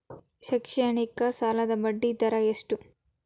ಶೈಕ್ಷಣಿಕ ಸಾಲದ ಬಡ್ಡಿ ದರ ಎಷ್ಟು?